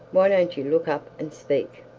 why don't you look up and speak?